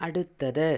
അടുത്തത്